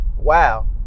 wow